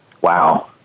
Wow